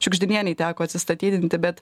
šiugždinienei teko atsistatydinti bet